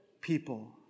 people